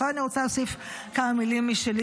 עכשיו אני רוצה להוסיף כמה מילים משלי,